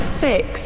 six